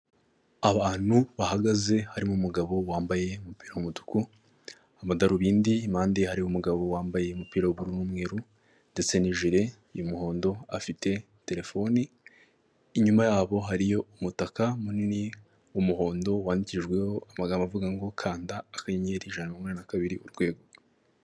Abantu bahagaze, harimo umugabo wambaye umupira w'umutuku, n'amadarubindi, impande hari umugabo wambaye umupira w'ubururu n'umweru, ndetse n' jire y'umuhondo afite terefone inyuma yabo hariyo umutaka munini w'umuhondo wandikirijweho amagambo avuga ngo kanda akanyeri ijana umwana na kabiri urwego.